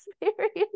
experience